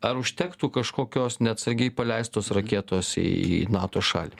ar užtektų kažkokios neatsargiai paleistos raketos į nato šalį